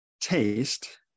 taste